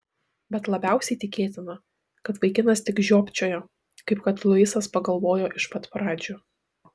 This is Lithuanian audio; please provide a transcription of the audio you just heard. bet labiausiai tikėtina kad vaikinas tik žiopčiojo kaip kad luisas pagalvojo iš pat pradžių